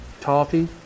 toffee